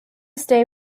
stay